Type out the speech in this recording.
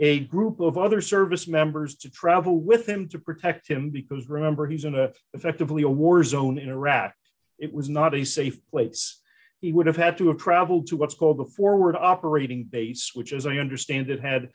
a group of other service members to travel with him to protect him because remember he's in a effectively a war zone in iraq it was not a safe place he would have had to of travel to what's called the forward operating base which as i understand it had